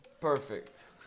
Perfect